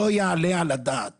לא יעלה על הדעת